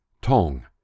Tong